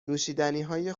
نوشیدنیهای